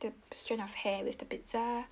the strand of hair with the pizza